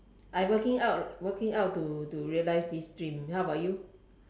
I working out working out to to realise this dream how about you